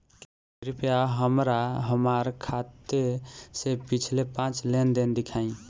कृपया हमरा हमार खाते से पिछले पांच लेन देन दिखाइ